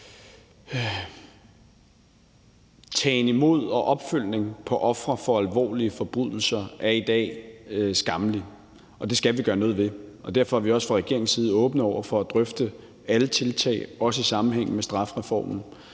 tagen imod og opfølgning på ofre for alvorlige forbrydelser i dag er skammelig, og det skal vi gøre noget ved. Derfor er vi fra regeringens side åbne over for at drøfte alle tiltag, også i sammenhæng med strafreformen.